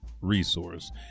resource